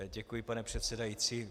Děkuji, pane předsedající.